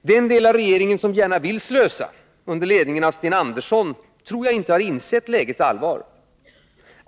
Den del av regeringen som gärna vill slösa, under ledning av Sten Andersson, har inte insett lägets allvar.